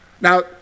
Now